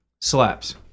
slaps